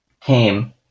came